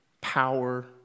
power